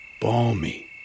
balmy